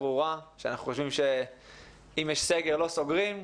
שאנחנו חושבים שאם יש סגר, לא סוגרים.